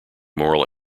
moral